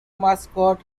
mascot